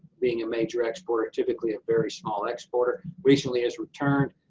being a major exporter, typically a very small exporter, recently has returned,